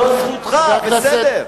בסדר.